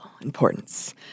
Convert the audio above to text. importance